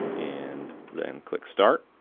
and then click start.